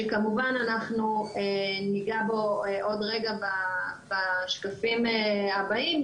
שכמובן ניגע בו עוד רגע בשקפים הבאים,